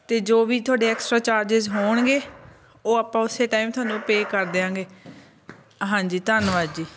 ਅਤੇ ਜੋ ਵੀ ਤੁਹਾਡੇ ਐਕਸਟਰਾ ਚਾਰਜਿਸ ਹੋਣਗੇ ਉਹ ਆਪਾਂ ਉਸੇ ਟਾਈਮ ਤੁਹਾਨੂੰ ਪੇ ਕਰ ਦਿਆਂਗੇ ਹਾਂਜੀ ਧੰਨਵਾਦ ਜੀ